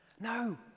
No